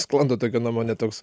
sklando tokia nuomonė toks